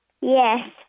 Yes